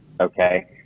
okay